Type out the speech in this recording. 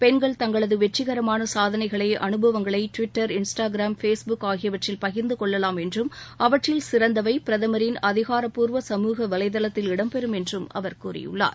பெண்கள் தங்களது வெற்றிகரமான சாதனைகளை அனுபவங்களை டுவிட்டர் இன்ஸ்டாகிராம் பேஸ்புக் ஆகியவற்றில் பகிர்ந்து கொள்ளலாம் என்றும் அவற்றில் சிறந்தவை பிரதமின் அதிகாரப்பூர்வ சமூக வலைதளத்தில் இடம் பெறும் என்றும் அவர் கூறியுள்ளார்